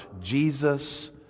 jesus